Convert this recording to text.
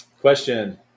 Question